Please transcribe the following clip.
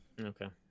okay